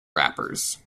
rappers